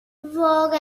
واقعا